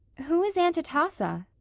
who is aunt atossa?